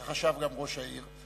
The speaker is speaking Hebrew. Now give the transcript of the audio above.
כך חשב גם ראש העיר.